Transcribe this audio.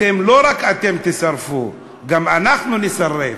לא רק אתם תישרפו, גם אנחנו נישרף,